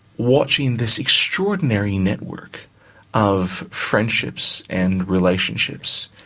watching this extraordinary network of friendships and relationships